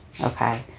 Okay